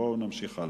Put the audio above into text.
בואו נמשיך הלאה.